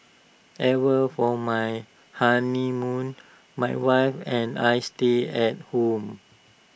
ever for my honeymoon my wife and I stayed at home